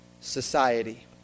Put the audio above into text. society